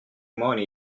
money